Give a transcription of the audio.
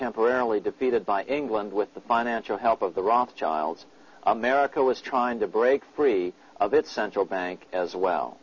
temporarily defeated by an england with the financial help of the rothschilds america was trying to break free of its central bank as well